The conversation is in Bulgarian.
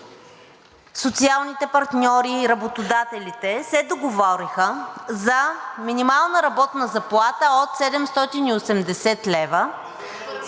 социалните партньори и работодателите се договориха за минимална работна заплата от 780 лв.